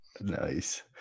nice